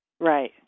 Right